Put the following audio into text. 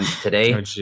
today